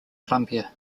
columbia